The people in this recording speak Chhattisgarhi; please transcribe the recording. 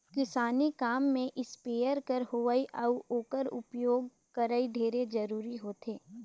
किसानी काम में इस्पेयर कर होवई अउ ओकर उपियोग करई ढेरे जरूरी होथे